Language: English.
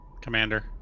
Commander